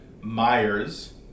Myers